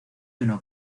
uno